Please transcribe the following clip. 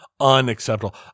unacceptable